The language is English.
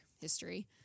history